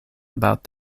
about